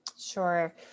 Sure